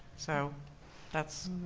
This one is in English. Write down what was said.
so that's